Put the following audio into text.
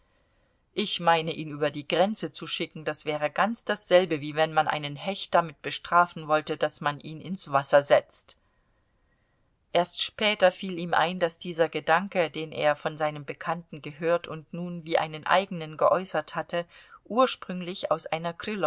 ich meine ihn über die grenze zu schicken das wäre ganz dasselbe wie wenn man einen hecht damit bestrafen wollte daß man ihn ins wasser setzt erst später fiel ihm ein daß dieser gedanke den er von seinem bekannten gehört und nun wie einen eigenen geäußert hatte ursprünglich aus einer